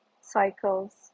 cycles